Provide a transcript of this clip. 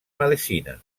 medicina